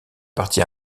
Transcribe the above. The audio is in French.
partie